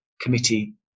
committee